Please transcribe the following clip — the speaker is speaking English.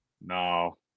No